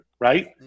right